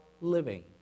living